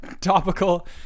topical